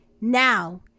Now